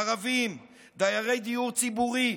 ערבים, דיירי דיור ציבורי.